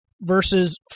versus